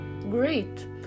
great